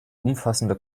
umfassende